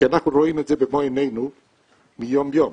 כי אנחנו רואים במו עינינו יום יום.